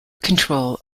control